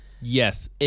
yes